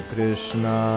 Krishna